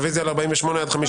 רביזיה על 33, 34 ועל החלופי ל-34.